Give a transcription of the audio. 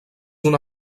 una